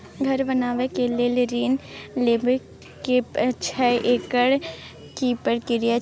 घर बनबै के लेल ऋण लेबा के छै एकर की प्रक्रिया छै?